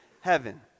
heaven